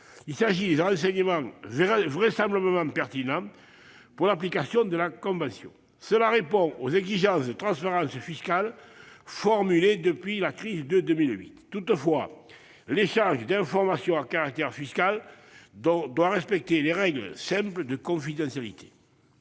Il s'agit des renseignements « vraisemblablement pertinents » pour l'application de la convention. Cela répond aux exigences de transparence fiscale formulées depuis la crise de 2008. Toutefois, l'échange d'informations à caractère fiscal doit respecter des règles simples de confidentialité.